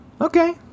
Okay